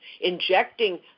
injecting